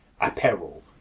Apparel